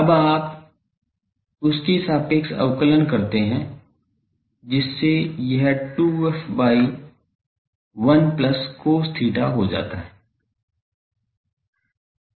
अब आप उसके सापेक्ष अवकलन करते हैं जिससे यह 2f by 1 plus cos theta हो जाता हैं